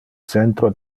centro